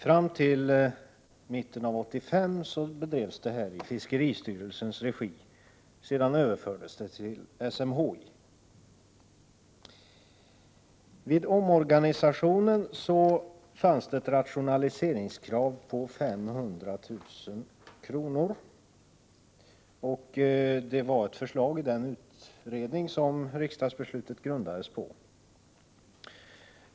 Fram till mitten av 1985 bedrevs det arbetet i fiskeristyrelsens regi. Sedan överfördes det till SMHI. Vid omorganisationen fanns det ett rationaliseringskrav på 500 000 kr. Det var ett förslag i den utredning som riksdagsbeslutet grundades på.